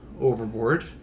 overboard